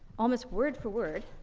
almost word for word,